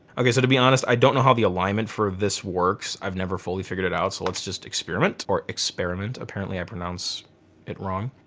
okay so to be honest, i don't know how the alignment for this works. i've never fully figured it out. so let's just experiment or experiment. apparently i pronounce it wrong.